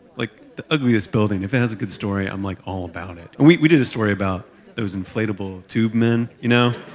like, the ugliest building if it has a good story, i'm like all about it. and we we did a story about those inflatable tube men, you know?